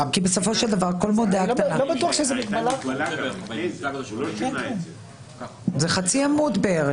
זה בערך חצי עמוד.